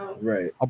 Right